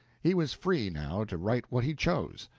he was free, now, to write what he chose,